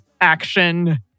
action